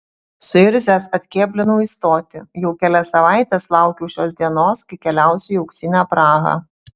suirzęs atkėblinau į stotį jau kelias savaites laukiau šios dienos kai keliausiu į auksinę prahą